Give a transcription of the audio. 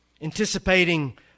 Anticipating